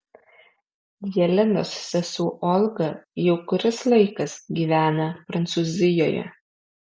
jelenos sesuo olga jau kuris laikas gyvena prancūzijoje